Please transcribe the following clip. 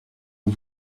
aux